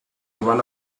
one